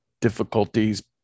difficulties